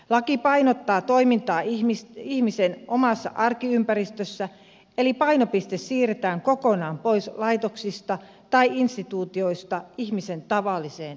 laki painottaa toimintaa ihmisen omassa arkiympäristössä eli painopiste siirretään kokonaan pois laitoksista tai instituutioista ihmisen tavalliseen elämään